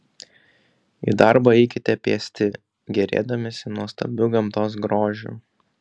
į darbą eikite pėsti gėrėdamiesi nuostabiu gamtos grožiu